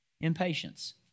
Impatience